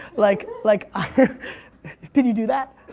like, like. ah did you do that?